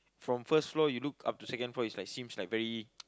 from first floor you look up to second floor is like seems like very